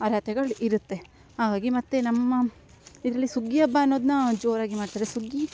ಅರ್ಹತೆಗಳು ಇರುತ್ತೆ ಹಾಗಾಗಿ ಮತ್ತು ನಮ್ಮ ಇದರಲ್ಲಿ ಸುಗ್ಗಿ ಹಬ್ಬ ಅನ್ನೋದನ್ನ ಜೋರಾಗಿ ಮಾಡ್ತಾರೆ ಸುಗ್ಗಿ